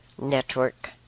Network